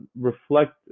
reflect